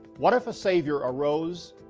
what if a savior arose,